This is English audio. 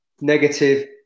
Negative